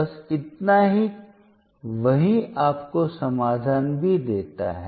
बस इतना ही वही आपको समाधान भी देता है